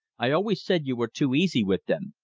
i always said you were too easy with them.